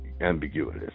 ambiguous